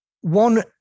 One